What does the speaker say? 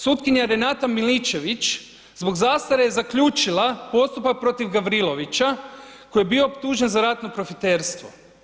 Sutkinja Renata Miličević zbog zastare je zaključila postupak protiv Gavrilovića koji je bio optužen za ratno profiterstvo.